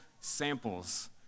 samples